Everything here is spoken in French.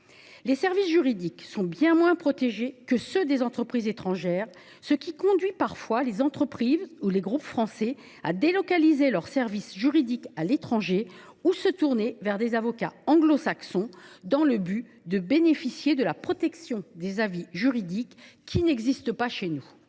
Leurs services juridiques sont bien moins protégés que ceux des entreprises étrangères, ce qui conduit parfois les entreprises ou les groupes français à délocaliser leurs services juridiques ou à se tourner vers des avocats anglo saxons dans le but de bénéficier de la protection des avis juridiques, qui fait défaut dans notre